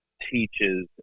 teaches